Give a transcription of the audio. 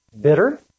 bitter